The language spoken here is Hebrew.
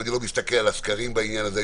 אני לא מסתכל על הסקרים בעניין הזה.